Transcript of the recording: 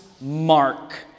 Mark